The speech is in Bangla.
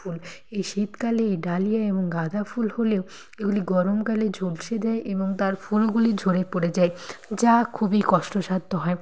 ফুল এই শীতকালে এই ডালিয়া এবং গাঁদাফুল হলেও এগুলি গরমকালে ঝলসে দেয় এবং তার ফুলগুলি ঝরে পড়ে যায় যা খুবই কষ্টসাধ্য হয়